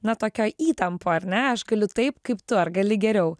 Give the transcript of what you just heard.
na tokioj įtampoj ar ne aš galiu taip kaip tu ar gali geriau